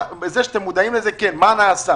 טוב שאתם מודעים לזה אבל מה נעשה?